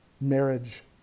marriage